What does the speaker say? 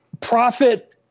Profit